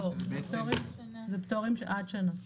זה פטורים עד שנה.